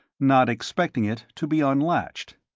not expecting it to be unlatched.